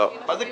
מה זה כנראה?